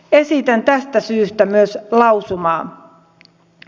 esitän tästä syystä myös lausumaa